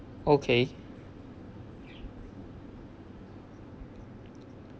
okay